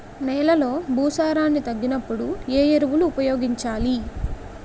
నెలలో భూసారాన్ని తగ్గినప్పుడు, ఏ ఎరువులు ఉపయోగించాలి?